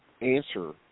answer